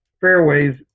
fairways